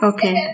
Okay